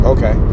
Okay